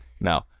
No